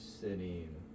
sitting